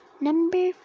Number